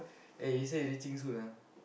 eh he say reaching soon ah